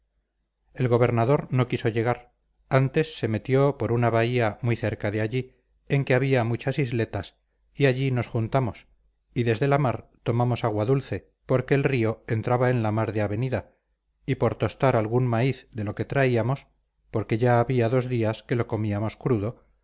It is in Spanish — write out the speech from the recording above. el gobernador no quiso llegar antes se metió por una bahía muy cerca de allí en que había muchas isletas y allí nos juntamos y desde la mar tomamos agua dulce porque el río entraba en la mar de avenida y por tostar algún maíz de lo que traíamos porque ya había dos días que lo comíamos crudo